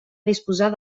disposar